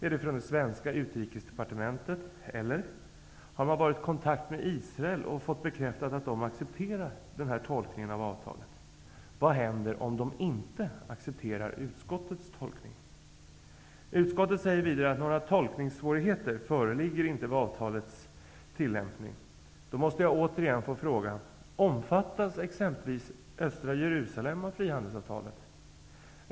Är det från det svenska Utrikesdepartementet, eller har man varit i kontakt med Israel och fått bekräftat att Israel accepterar denna tolkning av avtalet? Vad händer om Israel inte acccepterar utskottets tolkning? Utskottet säger vidare att några tolkningssvårigheter inte föreligger vad gäller avtalets tillämpning. Då måste jag återigen få fråga: Omfattas exempelvis östra Jerusalem av frihandelsavtalet?